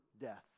death